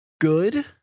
good